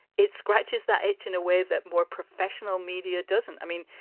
it scratches that etch in a way that more professional media doesn't. i mean,